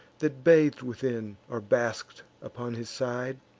that bath'd within, or basked upon his side,